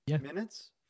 minutes